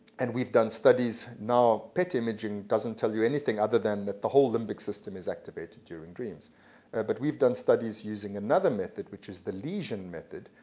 and we've done studies now pet imaging doesn't tell you anything other than that the whole limbic system is activated during dreams but we've done studies using another method, which is the lesion method,